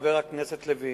חבר הכנסת לוין,